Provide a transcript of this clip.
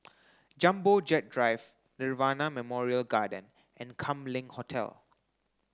Jumbo Jet Drive Nirvana Memorial Garden and Kam Leng Hotel